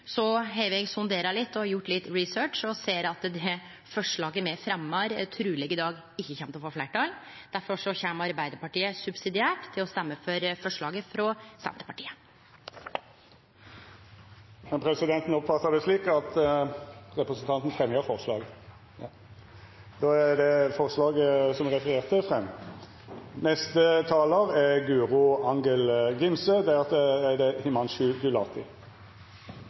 Eg har sondert og gjort litt research og ser at det forslaget me fremjar i dag, truleg ikkje kjem til å få fleirtal. Difor kjem Arbeidarpartiet subsidiært til å stemme for forslaget frå Senterpartiet. Representanten Lene Vågslid har teke opp det